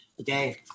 okay